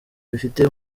bifite